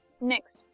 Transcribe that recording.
Next